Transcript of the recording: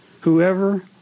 whoever